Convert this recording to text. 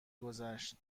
گذشت